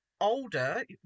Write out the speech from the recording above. older